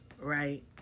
right